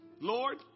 Lord